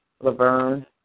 Laverne